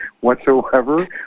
whatsoever